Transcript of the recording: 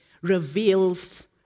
reveals